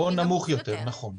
או נמוך יותר, נכון.